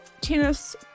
tennis